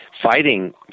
fighting